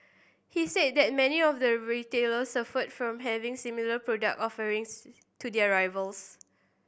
he said that many of the retailers suffered from having similar product offerings to their rivals